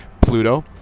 pluto